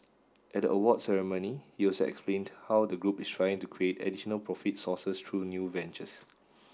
at the awards ceremony he also explained how the group is trying to create additional profits sources through new ventures